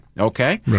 okay